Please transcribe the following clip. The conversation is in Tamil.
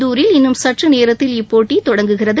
இந்தூரில் இன்னும் சற்றுநேரத்தில் இப்போட்டி தொடங்குகிறது